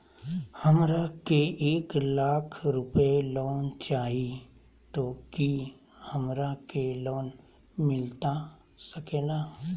हमरा के एक लाख रुपए लोन चाही तो की हमरा के लोन मिलता सकेला?